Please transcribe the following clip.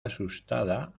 asustada